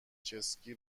چسکی